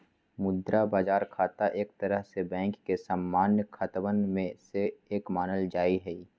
मुद्रा बाजार खाता एक तरह से बैंक के सामान्य खतवन में से एक मानल जाहई